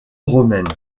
romaine